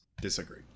Disagree